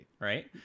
Right